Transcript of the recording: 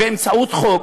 באמצעות חוק,